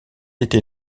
été